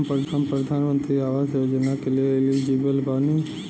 हम प्रधानमंत्री आवास योजना के लिए एलिजिबल बनी?